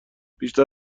بیشتر